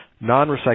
Non-recycled